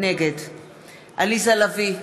נגד עליזה לביא,